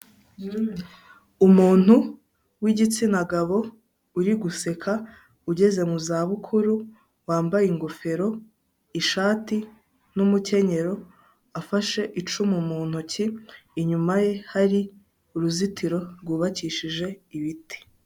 Umuntu w'igitsina gabo uri guseka ugeze mu za bukuru wambaye ingofero, ishati n'umukenyero. Afashe icumu mu ntoki inyuma ye hari uruzitiro rwubakishije ibiti.